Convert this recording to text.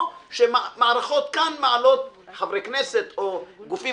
או שמערכות כאן חברי כנסת או גופים